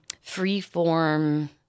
free-form